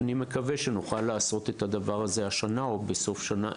ואני מקווה שנוכל לעשות את זה בסוף השנה,